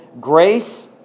grace